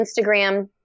Instagram